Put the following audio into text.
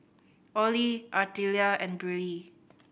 Orley Artelia and Briley